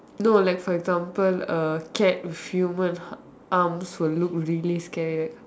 no like for example a cat with human arms will look really scary